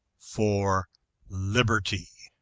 for liberty!